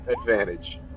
advantage